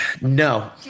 No